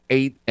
Eight